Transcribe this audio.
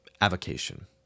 avocation